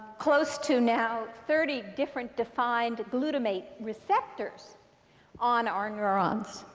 close to, now, thirty different defined glutamate receptors on our neurons.